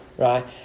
Right